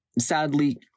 sadly